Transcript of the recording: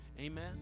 Amen